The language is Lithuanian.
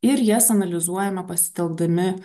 ir jas analizuojame pasitelkdami